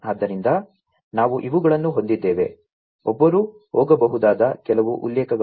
ಆದ್ದರಿಂದ ನಾವು ಇವುಗಳನ್ನು ಹೊಂದಿದ್ದೇವೆ ಒಬ್ಬರು ಹೋಗಬಹುದಾದ ಕೆಲವು ಉಲ್ಲೇಖಗಳು